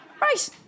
Right